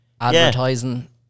advertising